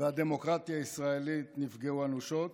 והדמוקרטיה הישראלית נפגעו אנושות,